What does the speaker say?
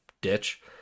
ditch